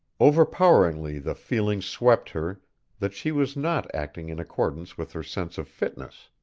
overpoweringly the feeling swept her that she was not acting in accordance with her sense of fitness.